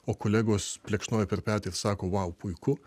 o kolegos plekšnoja per petį sako vau puiku